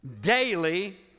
daily